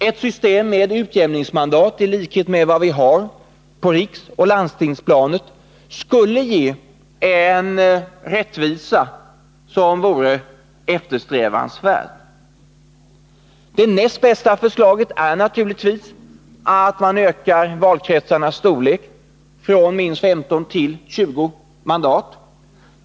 Ett system med utjämningsmandat i likhet med vad vi har på riksoch landstingsplanet skulle ge en eftersträvansvärd rättvisa. Det näst bästa förslaget är naturligtvis att man ökar valkretsarnas storlek från minst 15 till 20 mandat.